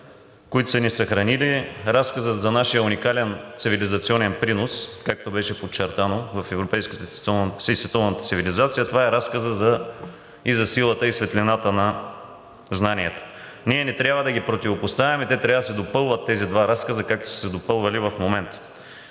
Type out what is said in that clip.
които са ни съхранили, разказът за нашия уникален цивилизационен принос, както беше подчертано в европейската и световната цивилизация. Това е разказът и за силата и светлината на знанието. Ние не трябва да ги противопоставяме. Те – тези два разказа, трябва да се допълват, както се допълват в момента.